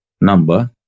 number